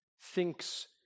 thinks